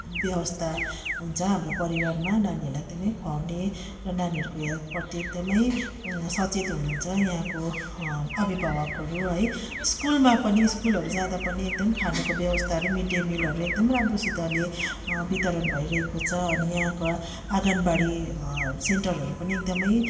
व्यवस्था हुन्छ हाम्रो परिवारमा नानीहरूलाई एकदमै खुवाउने र नानीहरूको हेल्थपट्टि एकदमै सचेत हुनुहुन्छ यहाँको अभिभावकहरू है स्कुलमा पनि स्कुलहरू जाँदा पनि एकदम खानाको व्यवस्थाहरू मिडडे मिलहरू एकदमै राम्रोसितले वितरण भइरहेको छ अनि यहाँका आँगनबाडी सेन्टरहरू पनि एकदमै